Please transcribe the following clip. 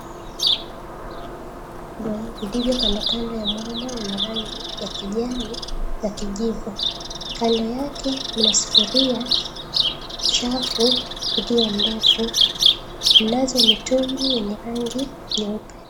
Vigogo vilivyo kandokando ya mwamba wenye rangi ya kijani na kijivu. Kando yake kuna sufuria chafu iliyo ndefu mnazo mitungi yenye rangi nyeupe.